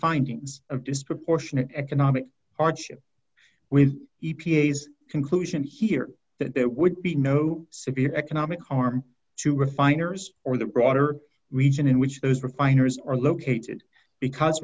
findings of disproportionate economic hardship with e p a s conclusion here that there would be no severe economic harm to refiners or the broader region in which those refineries are located because